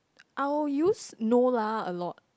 I will use no lah a lot